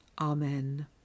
Amen